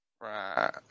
Right